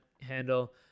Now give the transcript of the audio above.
handle